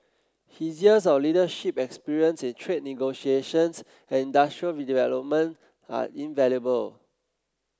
his years of leadership experience in trade negotiations and industrial development are invaluable